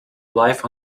life